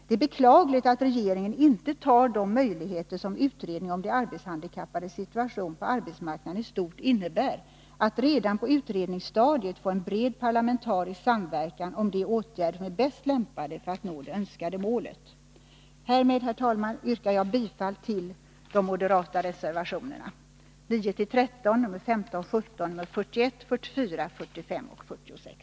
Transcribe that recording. Det är beklagligt att regeringen inte utnyttjar de möjligheter som utredningen om de arbetshandikappades situation på arbetsmarknaden i stort innebär att redan på utredningsstadiet få en bred parlamentarisk samverkan om de åtgärder som är bäst lämpade för att nå det önskade målet. Herr talman! Härmed yrkar jag bifall till de moderata reservationerna 9-13, 15, 17, 41, 44, 45 och 46.